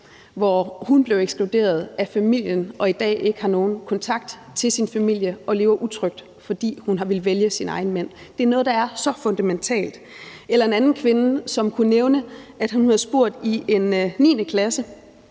hvor hun blev ekskluderet af familien og i dag ikke har nogen kontakt til sin familie og lever utrygt, fordi hun har villet vælge sin egen mand. Det er noget, der er så fundamentalt. Jeg mødte også en anden kvinde, som kunne fortælle, at hun i en 9.-klasse